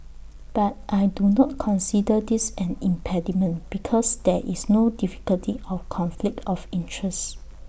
but I do not consider this an impediment because there is no difficulty of conflict of interest